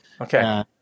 Okay